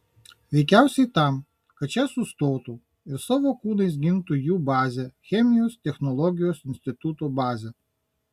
veikiausiai tam kad šie sustotų ir savo kūnais gintų jų bazę chemijos technologijos instituto bazę